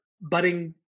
budding